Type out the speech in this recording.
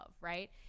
right